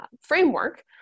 framework